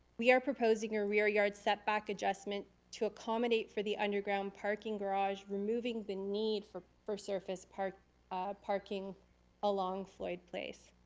we are proposing a rear yard setback adjustment to accommodate for the underground parking garage, removing the need for for surface parking parking along floyd place.